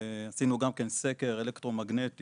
עשינו גם כן סקר אלקטרומגנטי,